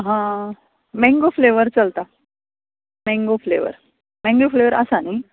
हां mango flavour चलता mango flavour mango flavour आसा न्ही